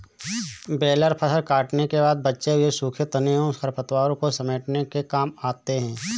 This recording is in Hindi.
बेलर फसल कटने के बाद बचे हुए सूखे तनों एवं खरपतवारों को समेटने के काम आते हैं